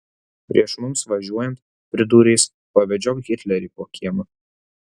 prieš mums važiuojant pridūrė jis pavedžiok hitlerį po kiemą